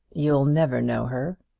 you'll never know her,